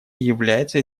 является